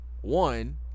One